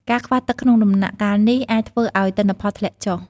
ការខ្វះទឹកក្នុងដំណាក់កាលនេះអាចធ្វើឲ្យទិន្នផលធ្លាក់ចុះ។